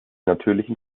natürlichen